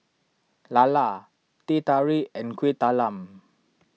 Lala Teh Tarik and Kueh Talam